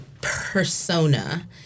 persona